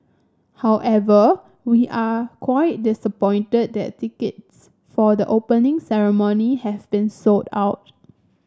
however we are quite disappointed that tickets for the Opening Ceremony have been sold out